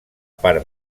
part